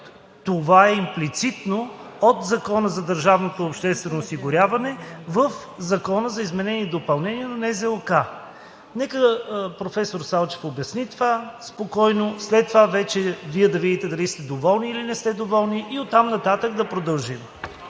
това е имплицитно от Закона за бюджета на държавното обществено осигуряване в ЗИД на Закона за бюджета на НЗОК. Нека професор Салчев обясни това спокойно, след това вече Вие да видите дали сте доволни, или не сте доволни, и оттам нататък да продължим.